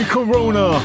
Corona